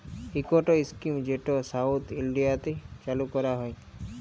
ইকট ইস্কিম যেট সাউথ ইলডিয়াতে চালু ক্যরা হ্যয়